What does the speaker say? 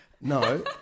no